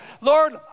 Lord